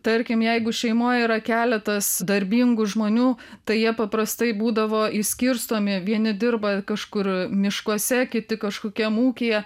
tarkim jeigu šeimoj yra keletas darbingų žmonių tai jie paprastai būdavo išskirstomi vieni dirba kažkur miškuose kiti kažkokiam ūkyje